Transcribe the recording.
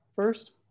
first